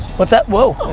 what's that, whoa